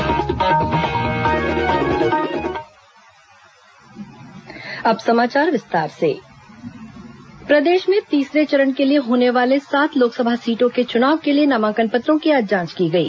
लोकसभा चुनाव नामांकन प्रदेश में तीसरे चरण के लिए होने वाले सात लोकसभा सीटों के चुनाव के लिए नामांकन पत्रों की आज जांच की गई